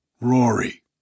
Rory